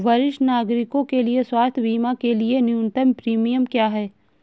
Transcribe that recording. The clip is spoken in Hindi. वरिष्ठ नागरिकों के स्वास्थ्य बीमा के लिए न्यूनतम प्रीमियम क्या है?